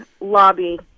lobby